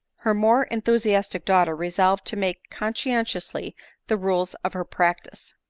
her more enthu siastic daughter resolved to make conscientiously the rules of her practice.